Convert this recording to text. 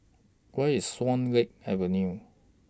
Where IS Swan Lake Avenue